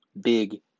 Big